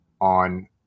on